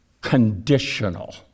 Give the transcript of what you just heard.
conditional